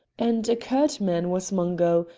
and a curt man was mungo,